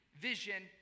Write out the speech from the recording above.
vision